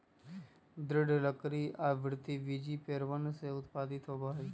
दृढ़ लकड़ी आवृतबीजी पेड़वन से उत्पादित होबा हई